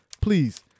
Please